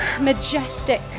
majestic